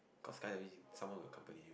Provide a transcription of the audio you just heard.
cause skydiving someone will accompany